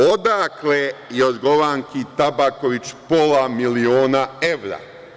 Odakle Jorgovanki Tabaković pola miliona evra?